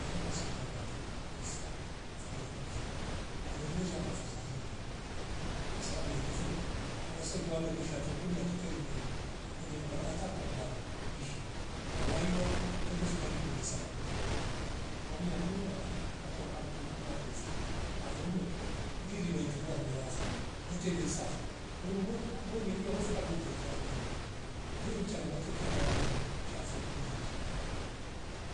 Ashienda sidiva matweka pisa mfiriali mfiri kwaliliwe shamba afadhali ihie kwasababu yekifeu shawase tewa mekwisha tukunuari rite rimei ikweria ngangata kakubaru ni shida kwa vaiuya kwenda hospitali ni besa vakundi kwa uya kunuati kachoka vo kela na besa na vo mekua kuriri maituvwa mnevafo kwete besa vo wenimbuwe vunyelia wefaka bila virisavo vo kwa hio ni changamoto pia kwa wameku sha sukunia atika